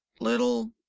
little